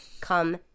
come